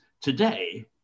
today